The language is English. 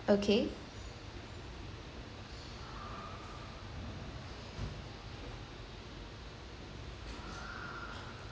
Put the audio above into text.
okay